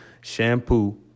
shampoo